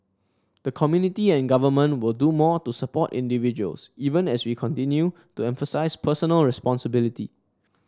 the community and government will do more to support individuals even as we continue to emphasise personal responsibility